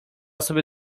sobie